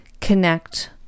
connect